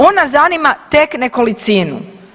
Ona zanima tek nekolicinu.